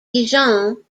dijon